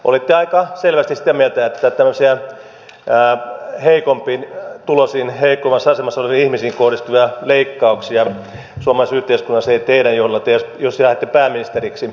olitte aika selvästi sitä mieltä että heikompituloisiin heikommassa asemassa oleviin ihmisiin kohdistuvia leikkauksia suomalaisessa yhteiskunnassa ei tehdä jos tulette valituksi pääministeriksi